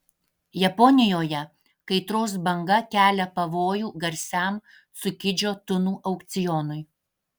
japonijoje kaitros banga kelia pavojų garsiam cukidžio tunų aukcionui